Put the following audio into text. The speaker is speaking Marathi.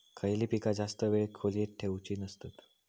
खयली पीका जास्त वेळ खोल्येत ठेवूचे नसतत?